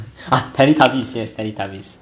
teletubbies yes teletubbies